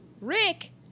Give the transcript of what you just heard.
Rick